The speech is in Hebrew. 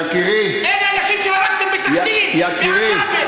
יקירי, אלה אנשים שהרגתם בסח'נין, יקירי,